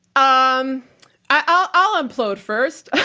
um i'll i'll implode first.